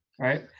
right